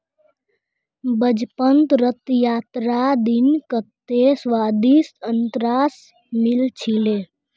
बचपनत रथ यात्रार दिन कत्ते स्वदिष्ट अनन्नास मिल छिले